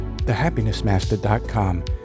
thehappinessmaster.com